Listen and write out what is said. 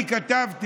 החליפי הזה,